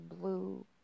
blue